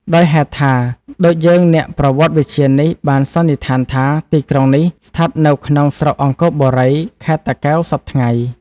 ដោយហេតុថា ដូចយើងអ្នកប្រវត្តិវិទ្យានេះបានសន្និដ្ឋានថា ទីក្រុងនេះ ស្ថិតនៅក្នុងស្រុកអង្គរបូរី ខេត្តតាកែវសព្វថ្ងៃ ។